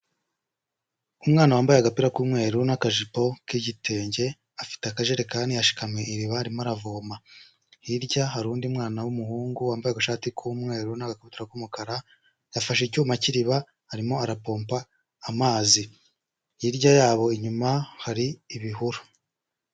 Umwana wambaye agapira k'umweru n'akajipo k'igitenge, afite akajerekani ashikamye iriba arimo aravoma, hirya hari undi mwana w'umuhungu wambaye agashati k'umweru n'agakabutura k'umukara, yafashe icyuma cy'iriba arimo arapomba amazi, hirya yabo inyuma hari ibihuru.